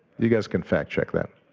you guys can fact check that.